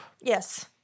yes